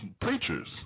preachers